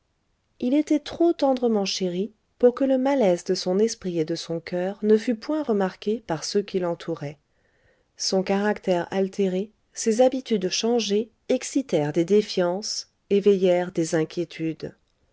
il était trop tendrement chéri pour que le malaise de son esprit et de son coeur ne fût point remarqué par ceux qui l'entouraient son caractère altéré ses habitudes changées excitèrent des défiances éveillèrent des inquiétudes